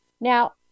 Now